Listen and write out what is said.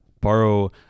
Borrow